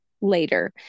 later